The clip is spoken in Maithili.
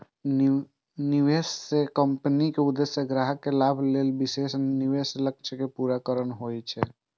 निवेश सेवा कंपनीक उद्देश्य ग्राहक के लाभ लेल विशेष निवेश लक्ष्य कें पूरा करना होइ छै